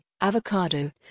avocado